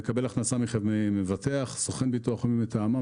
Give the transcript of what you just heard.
"מקבל הכנסה ממבטח, סוכן ביטוח או מי מטעמם".